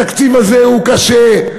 התקציב הזה הוא קשה,